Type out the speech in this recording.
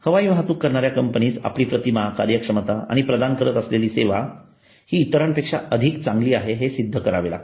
हवाई वाहतूक करणाऱ्या कंपनीस आपली प्रतिमा कार्यक्षमता आणि प्रदान करत असलेली सेवा हि इतरांपेक्षा अधिक चांगली आहे हे सिद्ध करावे लागते